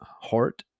heart